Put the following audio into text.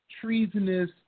treasonous